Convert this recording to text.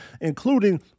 including